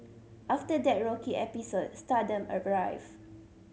after that rocky episode stardom arrived